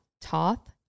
Toth